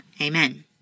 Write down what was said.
amen